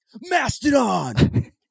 Mastodon